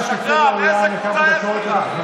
איזה קבוצה יש לך?